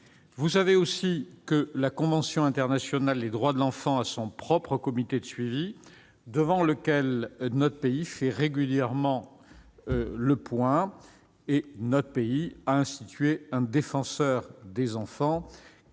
Vous le savez, la convention internationale des droits de l'enfant a son propre comité de suivi, devant lequel notre pays fait régulièrement le point. La France a institué un défenseur des enfants,